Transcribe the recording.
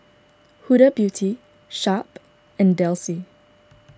Huda Beauty Sharp and Delsey